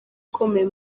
akomeye